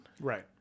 Right